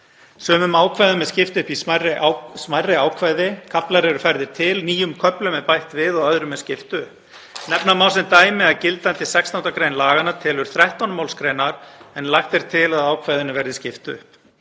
Sumum ákvæðum er skipt upp í smærri ákvæði, kaflar eru færðir til, nýjum köflum er bætt við og öðrum er skipt upp. Nefna má sem dæmi að gildandi 16. gr. laganna telur 13 málsgreinar, en lagt er til að ákvæðinu verði skipt upp.